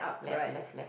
left left left